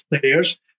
players